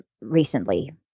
recently